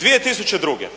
2002.